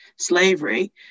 slavery